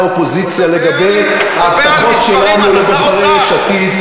האופוזיציה לגבי ההבטחות שלנו לבוחרי יש עתיד.